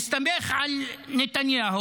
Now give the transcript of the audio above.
הוא הסתמך על נתניהו.